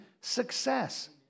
success